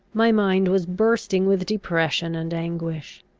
my mind was bursting with depression and anguish.